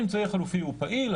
האמצעי החלופי הוא פעיל,